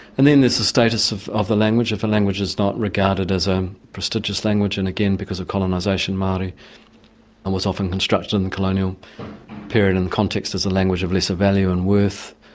and then there's the status of of the language. if a language is not regarded as a prestigious language, and again because of colonisation maori um was often constructed in the colonial period in the context as a language of lesser value and worth,